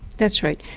that's right.